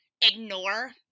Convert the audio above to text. ignore